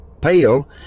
Pale